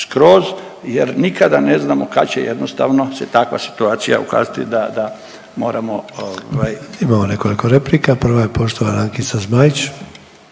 jer nikada ne znamo kad će jednostavno se takva situacija ukazati da moramo ovaj, … **Sanader, Ante (HDZ)** Imamo nekoliko replika, prva je poštovana Ankica Zmaić.